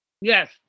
Yes